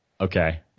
Okay